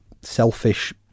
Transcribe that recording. selfish